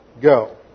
go